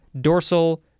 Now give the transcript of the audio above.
dorsal